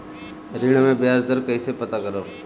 ऋण में बयाज दर कईसे पता करब?